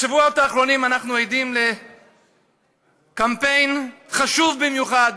בשבועות האחרונים אנחנו עדים לקמפיין חשוב במיוחד